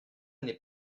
n’est